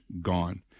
gone